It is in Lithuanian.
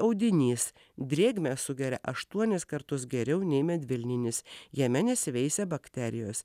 audinys drėgmę sugeria aštuonis kartus geriau nei medvilninis jame nesiveisia bakterijos